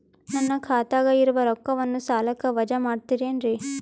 ನನ್ನ ಖಾತಗ ಇರುವ ರೊಕ್ಕವನ್ನು ಸಾಲಕ್ಕ ವಜಾ ಮಾಡ್ತಿರೆನ್ರಿ?